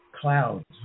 clouds